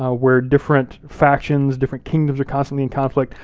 ah where different factions, different kingdoms, are constantly in conflict.